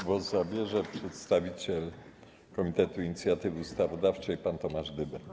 Głos zabierze przedstawiciel Komitetu Inicjatywy Ustawodawczej pan Tomasz Dybek.